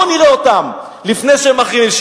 בוא נראה אותם, לפני שהם מחרימים.